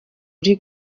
uri